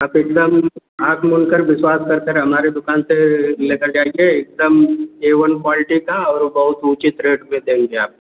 आप एकदम आँख मूंदकर विश्वास करते रह हमारे दुकान से लेकर जाएँगे एकदम ए वन क्वालिटी का और बहुत उचित रेट पर देंगे आपको